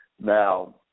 Now